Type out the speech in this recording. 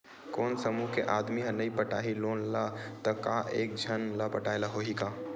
कोन समूह के आदमी हा नई पटाही लोन ला का एक झन ला पटाय ला होही का?